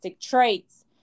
traits